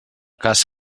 cas